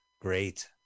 Great